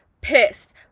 pissed